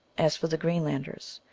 as for the greenlanders,